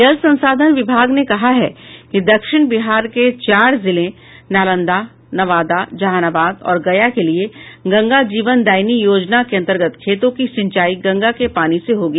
जल संसाधन विभाग ने कहा है कि दक्षिण बिहार के चार जिले नालंदा नवादा जहानबाद और गया के लिए गंगा जीवनदायिनी योजना के अंतर्गत खेतों की सिंचाई गंगा के पानी से होगी